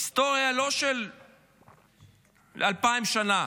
היסטוריה, לא של אלפיים שנה,